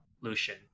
Lucian